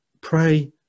pray